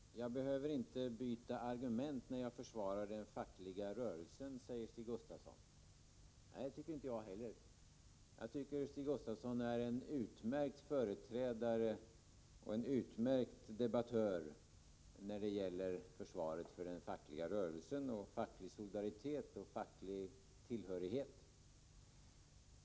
Herr talman! ”Jag behöver inte byta argument när jag försvarar den fackliga rörelsen”, säger Stig Gustafsson. Nej, det tycker inte heller jag. Jag anser att Stig Gustafsson är en utmärkt företrädare och en utmärkt debattör när det gäller försvaret för den fackliga rörelsen, för facklig solidaritet och för facklig tillhörighet.